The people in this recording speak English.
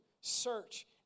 search